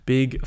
Big